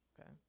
Okay